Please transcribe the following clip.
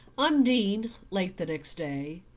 undine, late the next day,